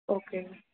ஓகேங்க